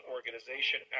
Organization